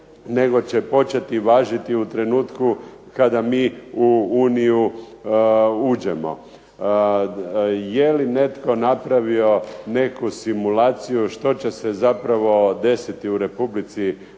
nego će početi važiti u trenutku kada mi u Uniju uđemo. Je li netko napravio neku simulaciju što će se zapravo desiti u Republici